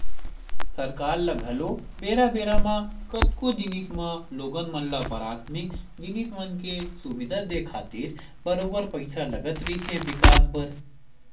सरकार ल घलो बेरा बेरा म कतको जिनिस म लोगन मन ल पराथमिक जिनिस मन के सुबिधा देय खातिर बरोबर पइसा लगत रहिथे बिकास बर